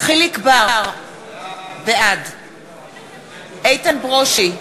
יחיאל חיליק בר, בעד איתן ברושי,